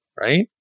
right